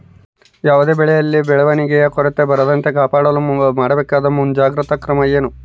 ಯಾವುದೇ ಬೆಳೆಯಲ್ಲಿ ಬೆಳವಣಿಗೆಯ ಕೊರತೆ ಬರದಂತೆ ಕಾಪಾಡಲು ಮಾಡಬೇಕಾದ ಮುಂಜಾಗ್ರತಾ ಕ್ರಮ ಏನು?